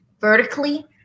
vertically